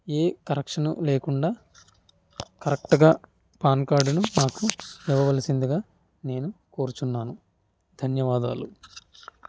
ఏ correction లేకుండా కరెక్ట్గా PAN కార్డును మాకు ఇవవలసిందిగా నేను కోరుచున్నాను ధన్యవాదాలు